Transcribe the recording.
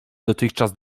dotychczas